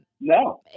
No